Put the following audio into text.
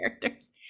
characters